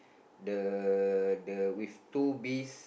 the the with two bees